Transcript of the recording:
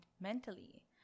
mentally